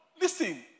listen